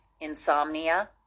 insomnia